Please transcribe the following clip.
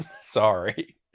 sorry